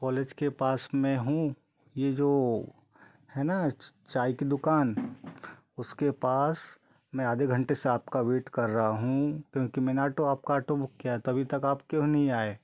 college के पास में हूँ ये जो है ना चाय की दुकान उसके पास मैं आधे घंटे से आपका वेट कर रहा हूँ क्योंकि मैंने आटो आपका आटो बुक किया तो अभी तक आप क्यों नहीं आए